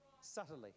subtly